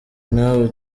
nawe